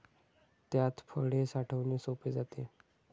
त्यात फळे साठवणे सोपे जाते